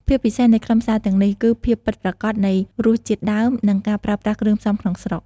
ភាពពិសេសនៃខ្លឹមសារទាំងនេះ គឺភាពពិតប្រាកដនៃរសជាតិដើម និងការប្រើប្រាស់គ្រឿងផ្សំក្នុងស្រុក។